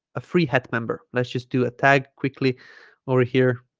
a free hat member let's just do a tag quickly over here